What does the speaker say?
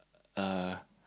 uh